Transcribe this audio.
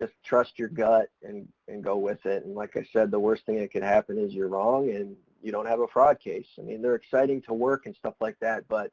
just trust your gut and and go with it, and like i said the worst thing that could happen is you're wrong and you don't have a fraud case. i mean they're exciting to work and stuff like that, but